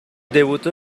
debutó